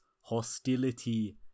hostility